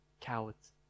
cowards